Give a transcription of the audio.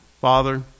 Father